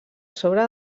sobre